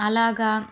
అలాగా